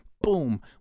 Boom